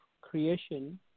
creation